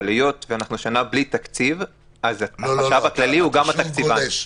היות והשנה בלי תקציב אז החשב הכללי הוא גם התקציבן.